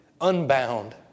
unbound